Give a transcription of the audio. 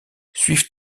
suivent